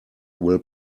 will